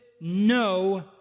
no